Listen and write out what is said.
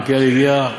מלכיאלי הגיע,